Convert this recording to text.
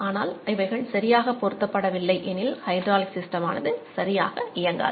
ஆனால் இவைகள் சரியாக பொருத்தப்படவில்லை எனில் நம்முடைய ஹைட்ராலிக் சிஸ்டம் ஆனது சரியாக இயங்காது